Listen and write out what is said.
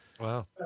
Wow